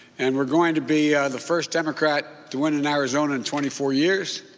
and we're going to be the first democrat to win in arizona in twenty four years.